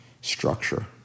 structure